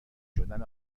شدن